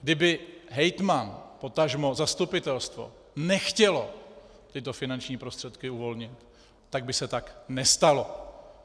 Kdyby hejtman, potažmo zastupitelstvo nechtěli tyto finanční prostředky uvolnit, tak by se tak nestalo.